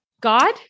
God